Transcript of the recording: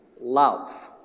love